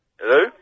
Hello